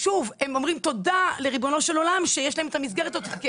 שוב הם אומרים תודה לריבונו של עולם שיש להם את המסגרת הזאת.